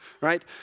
right